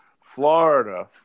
Florida